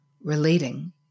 relating